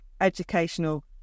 educational